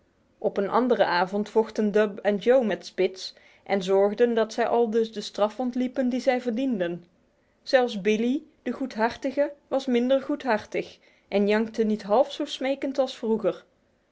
op een andere avond vochten dub en joe met spitz en zorgden dat zij aldus de straf ontliepen die zij verdienden zelfs billee de goedhartige was minder goedhartig en jankte niet half zo smekend als vroeger